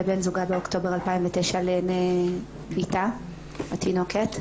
בן זוגה באוקטובר 2019 לעיני בתה התינוקת.